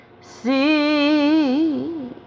see